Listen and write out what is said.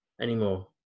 anymore